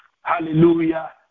Hallelujah